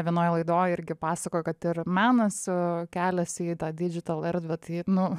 vienoj laidoj irgi pasakojo kad ir menas keliasi į tąl erdvę tai nu